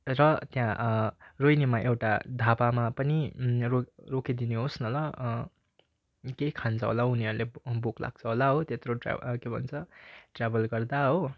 र त्यहाँ रोहिणीमा एउटा ढाबामा पनि रोक् रोकिदिनुहोस् न ल केही खान्छ होला उनीहरूले भोक लाग्छ होला हो त्यत्रो ट्रया के भन्छ ट्र्याभल गर्दा हो